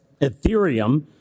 Ethereum